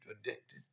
addicted